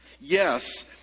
Yes